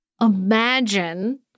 imagine